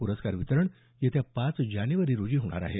प्रस्कार वितरण येत्या पाच जानेवारी रोजी होणार आहे